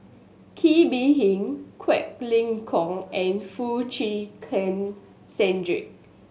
Kee Bee Khim Quek Ling Kiong and Foo Chee Keng Cedric